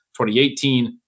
2018